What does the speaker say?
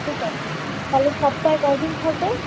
ঠিক আছে তাহলে সপ্তাহে কয়দিন হবে